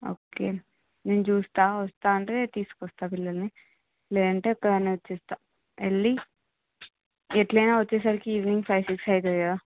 okay నేను చూస్తా వస్తా అంటే తీసుకొస్తా పిల్లల్ని లేదంటే ఒక్కదాన్నే వచ్చేస్తా వెళ్లి ఎట్లైనా వచ్చేసరికి ఈవినింగ్ ఫైవ్ సిక్స్ అవుతుంది కదా